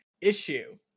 issue